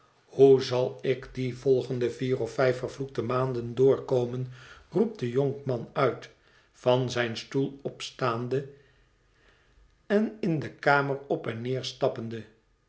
hoe zal ik die volgende vier of vijf vervloekte maanden doorkomen roept de jonkman uit van zijn stoel opstaande en in de kamer op en neer stappende